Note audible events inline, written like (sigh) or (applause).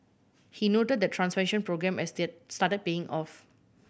he noted the transformation programme has (unintelligible) started paying off